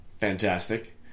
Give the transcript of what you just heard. Fantastic